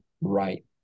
right